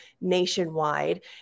nationwide